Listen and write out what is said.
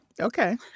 Okay